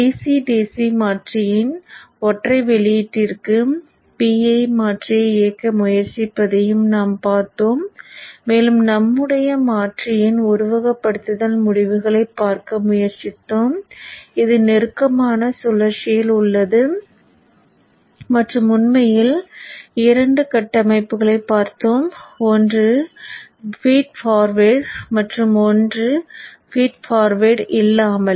DC DC மாற்றியின் ஒற்றை வெளியீட்டிற்கு PI மாற்றியை இயக்க முயற்சிப்பதையும் நாம் பார்த்தோம் மேலும் நம்முடைய மாற்றியின் உருவகப்படுத்துதல் முடிவுகளைப் பார்க்க முயற்சித்தோம் இது நெருக்கமான சுழற்சியில் உள்ளது மற்றும் உண்மையில் இரண்டு கட்டமைப்புகளைப் பார்த்தோம் ஒன்று ஃபீட் ஃபார்வேர்ட் மற்றும் ஒன்று ஃபீட் ஃபார்வர்ட் இல்லாமல்